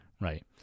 Right